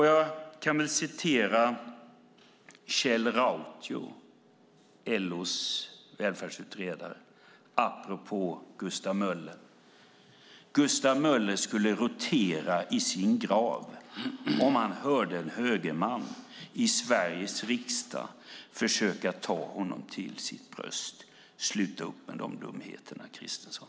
LO:s välfärdsutredare Kjell Rautio har skrivit att Gustav Möller skulle rotera i sin grav om han hörde en högerman i Sveriges riksdag försöka ta honom till sitt bröst. Sluta upp med dessa dumheter, Kristersson!